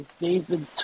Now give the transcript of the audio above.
David